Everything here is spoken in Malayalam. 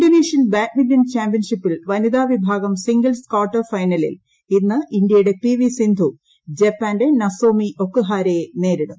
ഇന്തോനേഷ്യൻ ബാഡ്മിന്റൺ ചാമ്പ്യൻഷിപ്പിൽ വനിതാ വിഭാഗം സിംഗിൾസ് കാർട്ടർ ഫൈനലിൽ ഇന്ന് ഇന്ത്യയുടെ പി വി സിന്ധു ജപ്പാന്റെ നസോമി ഒകുഹാരെയെ നേരിടും